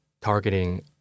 targeting